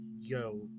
yo